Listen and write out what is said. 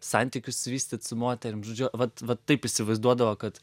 santykius vystyt su moterim žodžiu vat vat taip įsivaizduodavo kad